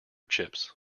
chips